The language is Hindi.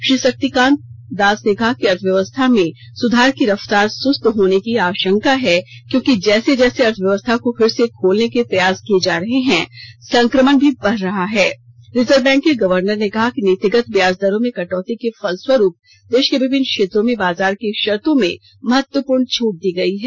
श्री शक्तिकांत दास ने कहा कि अर्थव्यथवस्थाो में सुधार की रफ्तार सुस्तक होने की आशंका है क्योंकि जैसे जैसे अर्थव्यवस्था को फिर से खोलने के प्रयास किए जा रहे हैं संक्रमण भी बढ रहा है रिजर्य बैंक के गवर्नर ने कहा कि नीतिगत ब्याज दरो में कटौती के फलस्थयरूप देश के विभिन्न क्षेत्रों में बाजार की शर्तो में महत्वपूर्ण छट दी गई है